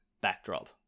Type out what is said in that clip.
backdrop